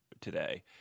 today